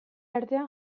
artean